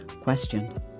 questioned